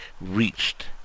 reached